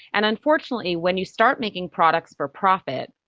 and unfortunately when you start making products for profit,